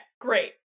Great